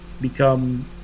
become